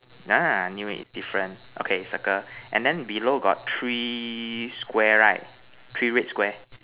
ah knew it different okay circle and then below got three Square right three red Square